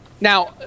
now